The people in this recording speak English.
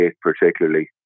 particularly